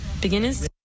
beginners